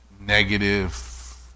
negative